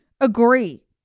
Agree